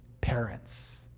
parents